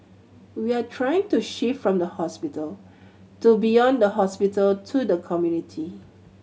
we are trying to shift from the hospital to beyond the hospital to the community